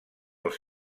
els